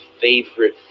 favorite